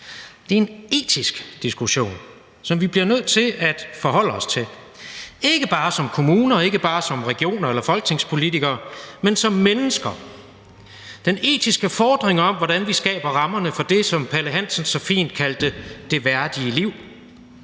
Det er en etisk diskussion, som vi bliver nødt til at forholde os til, ikke bare som kommuner og ikke bare som regioner eller folketingspolitikere, men som mennesker: Den etiske fordring om, hvordan vi skaber rammerne for det, som Palle Hansen så fint kaldte det værdige liv.